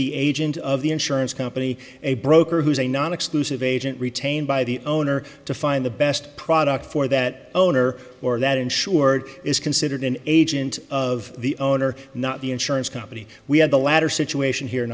the agent of the insurance company a broker who's a non exclusive agent retained by the owner to find the best product for that owner or that insured is considered an agent of the owner not the insurance company we had the latter situation here